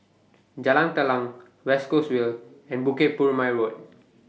Jalan Telang West Coast Vale and Bukit Purmei Road